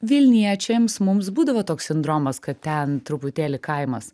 vilniečiams mums būdavo toks sindromas kad ten truputėlį kaimas